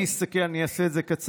אני אעשה את זה קצר,